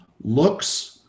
looks